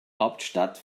hauptstadt